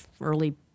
early